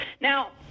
Now